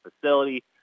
facility